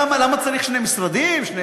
למה צריך שני משרדים ושני